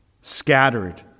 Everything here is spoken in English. scattered